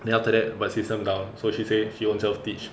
then after that but system down so she say she own self teach